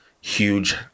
huge